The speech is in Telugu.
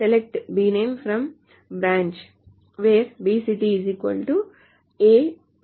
SELECT bname FROM branch WHERE bcity "ABC"